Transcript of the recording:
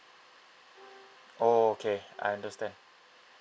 oh okay I understand